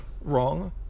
wrong